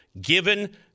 Given